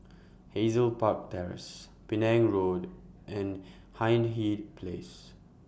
Hazel Park Terrace Penang Road and Hindhede Place